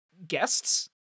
guests